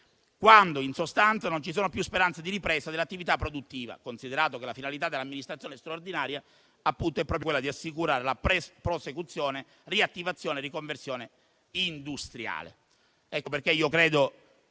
quando, in sostanza, non ci sono più speranze di ripresa dell'attività produttiva, considerato che la finalità dell'amministrazione straordinaria è proprio quella di assicurare prosecuzione, riattivazione e riconversione industriale.